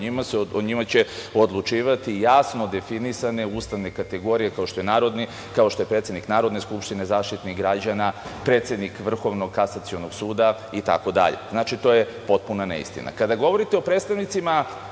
o njima će odlučivati jasno definisane ustavne kategorije, kao što je predsednik Narodne skupštine, Zaštitnik građana, predsednik Vrhovnog kasacionog suda itd. Znači, to je potpuna neistina. Kada